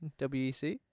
WEC